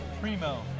Primo